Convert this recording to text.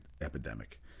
epidemic